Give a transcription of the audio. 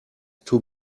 too